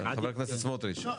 חבר הכנסת סמוטריץ'?